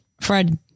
Fred